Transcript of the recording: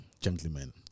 gentlemen